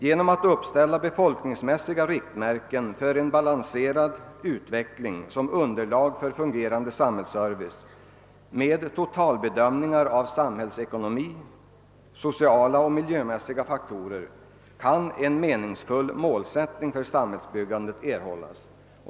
Genom att uppställa befolkningsmässiga riktmärken för en balanserad utveckling som underlag för fungerande samhällsservice med totalbedömningar av samhällsekonomiska, sociala och miljömässiga faktorer kan en meningsfull målsättning för sam hällsbyggandet erhållas.